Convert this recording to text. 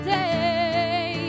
day